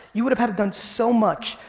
you would have had to done so much.